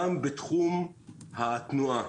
גם בתחום התנועה.